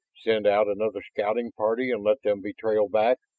send out another scouting party and let them be trailed back?